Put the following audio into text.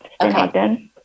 Okay